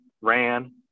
ran